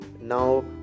now